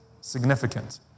significant